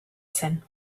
zen